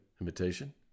imitation